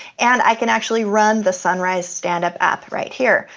and i can actually run the sunrise standup app right here.